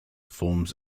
forms